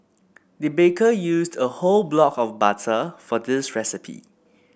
the baker used a whole block of butter for this recipe